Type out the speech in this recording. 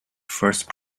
first